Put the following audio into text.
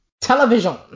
television